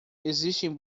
existem